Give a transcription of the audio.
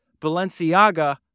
Balenciaga